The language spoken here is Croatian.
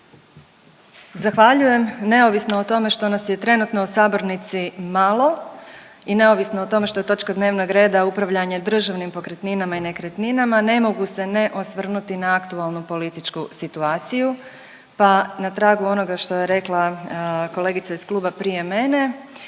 Zahvaljujem. Neovisno o tome što nas je trenutno u sabornici malo i neovisno o tome što je točka dnevnog reda upravljanje državnim pokretninama i nekretninama ne mogu se ne osvrnuti na aktualnu političku situaciju, pa na tragu onoga što je rekla kolegica iz kluba prije mene